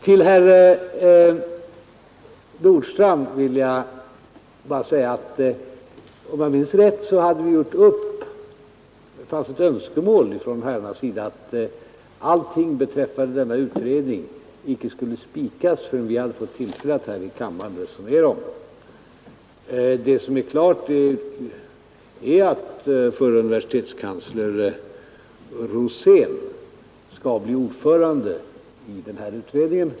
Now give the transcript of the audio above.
Till herr Nordstrandh vill jag bara säga att om jag minns rätt fanns ett önskemål från herrarnas sida att allting beträffande denna utredning icke skulle spikas förrän vi hade fått tillfälle att här i kammaren resonera om det. Det som är klart är att förre universitetskanslern Rosén skall bli ordförande i den här utredningen.